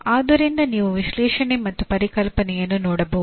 ಆದ್ದರಿಂದ ನೀವು ವಿಶ್ಲೇಷಣೆ ಮತ್ತು ಪರಿಕಲ್ಪನೆಯನ್ನು ನೋಡಬಹುದು